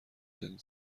جدید